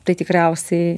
tai tikriausiai